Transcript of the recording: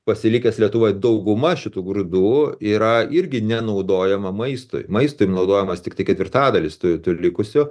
pasilikęs lietuvoj dauguma šitų grūdų yra irgi nenaudojama maistui maistui naudojamas tiktai ketvirtadalis tų likusių